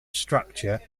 structure